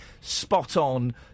spot-on